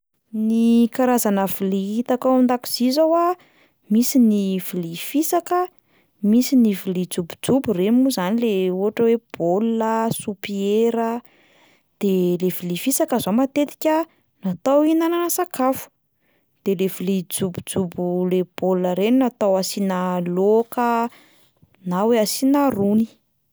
Ny karazana vilia hitako ao an-dakozia zao a: misy ny vilia fisaka, misy ny vilia jobojobo reny moa zany le ohatra hoe baolina, sopiera; de le vilia fisaka zao matetika natao hihinanana sakafo, de le vilia jobojobo le baolina reny natao hasiana laoka na hoe hasiana rony.